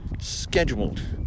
scheduled